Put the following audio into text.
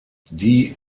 die